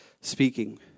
speaking